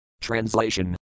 Translation